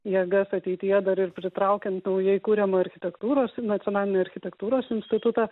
jėgas ateityje dar ir pritraukiant naujai kuriamą architektūros nacionalinį architektūros institutą